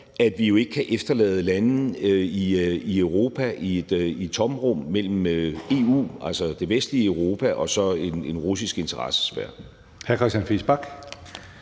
at vi ikke kan efterlade lande i Europa i et tomrum mellem EU, altså det vestlige Europa, og så en russisk interessesfære.